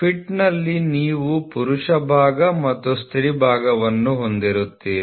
ಫಿಟ್ಸ್ನಲ್ಲಿ ನೀವು ಪುರುಷ ಭಾಗ ಮತ್ತು ಸ್ತ್ರೀ ಭಾಗವನ್ನು ಹೊಂದಿರುತ್ತೀರಿ